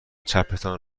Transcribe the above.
چپتان